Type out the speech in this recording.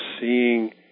seeing